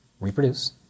Reproduce